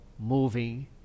moving